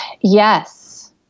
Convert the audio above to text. Yes